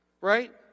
Right